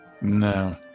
No